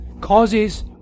causes